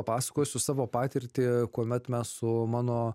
papasakosiu savo patirtį kuomet mes su mano